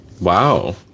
Wow